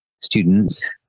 students